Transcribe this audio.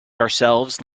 ourselves